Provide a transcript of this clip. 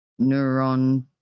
neuron